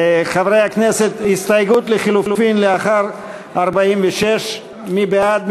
חברי הכנסת, הסתייגות לחלופין לאחר 46, מי בעד?